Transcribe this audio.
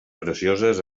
precioses